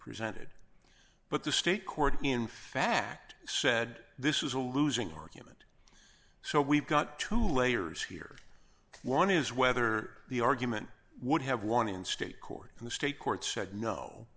presented but the state court in fact said this is a losing argument so we've got two layers here one is whether the argument would have won in state court and the state court said no